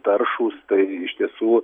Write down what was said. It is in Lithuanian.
taršūs tai iš tiesų